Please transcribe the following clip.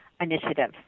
initiative